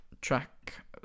track